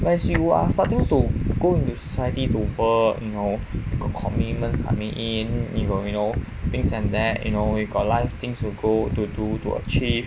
but as you are starting to go into society to work you know got commitments coming in you know you know things and that you know you got life things will go to do to achieve